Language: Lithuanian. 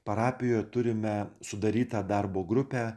parapijo turime sudarytą darbo grupę